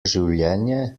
življenje